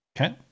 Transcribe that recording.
Okay